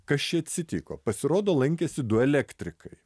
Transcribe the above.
kas čia atsitiko pasirodo lankėsi du elektrikai